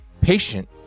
patient